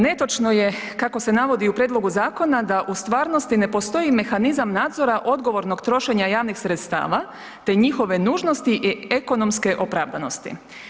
Netočno je kako se navodi u prijedlogu zakona da u stvarnosti ne postoji mehanizam nadzora odgovornog trošenja javnih sredstava te njihove nužnosti i ekonomske opravdanosti.